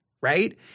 right